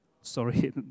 sorry